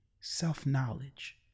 self-knowledge